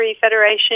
Federation